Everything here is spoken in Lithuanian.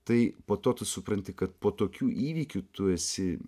tai po to tu supranti kad po tokių įvykių tu esi